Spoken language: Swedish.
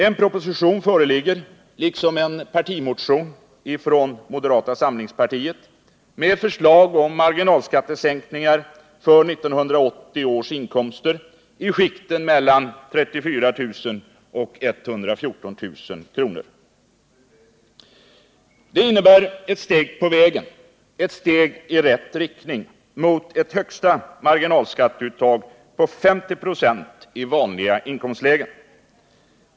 En proposition föreligger liksom en partimotion från moderata samlingspartiet med förslag om marginalskattesänkningar för 1980 års inkomster i skikten mellan 34 000 och 114 000 kr. Det innebär ett steg på vägen, ett steg i rätt riktning, ned till ett högsta marginalskatteuttag på 50 96 i vanliga inkomstlägen.